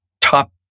top